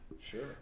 sure